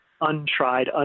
untried